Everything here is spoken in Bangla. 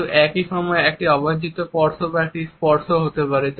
কিন্তু একই সময়ে একটি অবাঞ্ছিত স্পর্শ বা একটি স্পর্শ হতে পারে